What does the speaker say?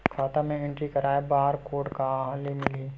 खाता म एंट्री कराय बर बार कोड कहां ले मिलही?